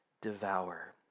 devour